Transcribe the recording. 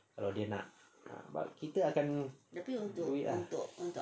kalau dia nak kan kita akan we are